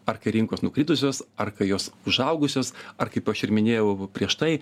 ar kai rinkos nukritusios ar kai jos užaugusios ar kaip aš ir minėjau prieš tai